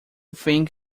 think